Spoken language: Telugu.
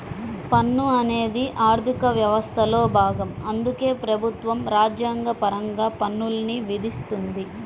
పన్ను అనేది ఆర్థిక వ్యవస్థలో భాగం అందుకే ప్రభుత్వం రాజ్యాంగపరంగా పన్నుల్ని విధిస్తుంది